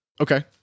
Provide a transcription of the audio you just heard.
Okay